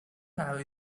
have